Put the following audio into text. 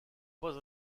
pas